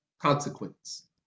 consequence